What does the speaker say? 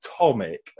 atomic